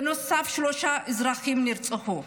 בנוסף, שלושה אזרחים נרצחו.